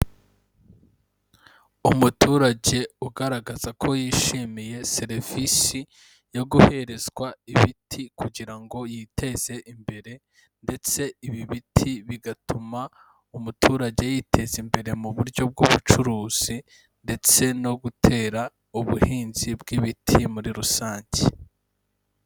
Umuturage ugaragaza ko yishimiye serivisi yo guherezwa ibiti, kugira ngo yiteze imbere ndetse ibi biti bigatuma umuturage yiteza imbere mu buryo bw'ubucuruzi, ndetse no gutera ubuhinzi bw'ibiti muri rusange.